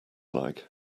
like